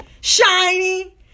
shiny